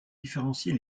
différencier